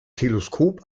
teleskop